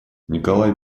николай